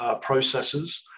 processes